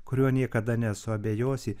kuriuo niekada nesuabejosi